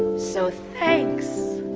so thanks.